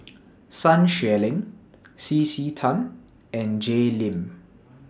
Sun Xueling C C Tan and Jay Lim